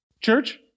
church